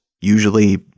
usually